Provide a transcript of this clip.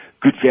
good